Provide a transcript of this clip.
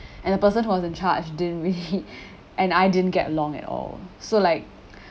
and the person who was in charge didn't really and I didn't get along at all so like